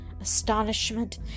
astonishment